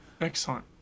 Excellent